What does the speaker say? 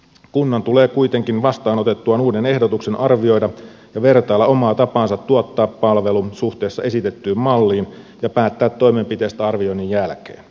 kunnan tulee kuitenkin vastaanotettuaan uuden ehdotuksen arvioida ja vertailla omaa tapaansa tuottaa palvelu suhteessa esitettyyn malliin ja päättää toimenpiteistä arvioinnin jälkeen